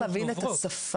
צריך להבין את השפה.